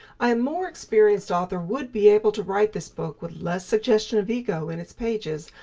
a more experienced author would be able to write this book with less suggestion of ego in its pages,